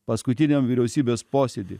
paskutiniam vyriausybės posėdy